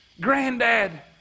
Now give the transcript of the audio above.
granddad